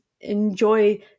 enjoy